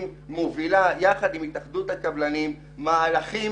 מובילה יחד עם התאחדות הקבלנים מהלכים